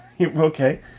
Okay